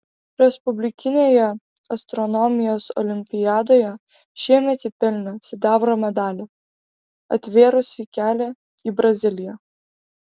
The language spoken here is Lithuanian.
respublikinėje astronomijos olimpiadoje šiemet ji pelnė sidabro medalį atvėrusį kelią į braziliją